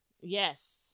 Yes